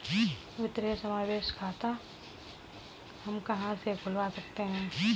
वित्तीय समावेशन खाता हम कहां से खुलवा सकते हैं?